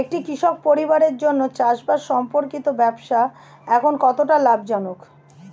একটি কৃষক পরিবারের জন্য চাষবাষ সম্পর্কিত ব্যবসা এখন কতটা লাভজনক?